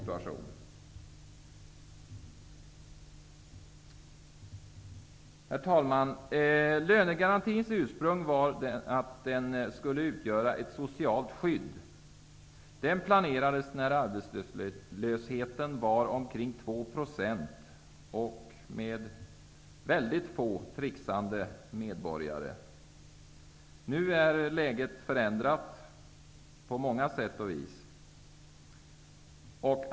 Ursprunget till lönegarantin var att den skulle utgöra ett socialt skydd. Den planerades när arbetslösheten var omkring 2 %, och då det fanns väldigt få trixande medborgare. Nu är läget på många sätt förändrat.